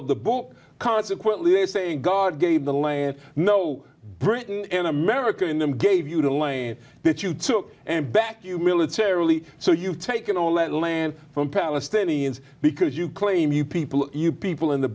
of the boat consequently they are saying god gave the land no britain and america in them gave you the lane that you took and back you militarily so you've taken all that land from palestinians because you claim you people you people in the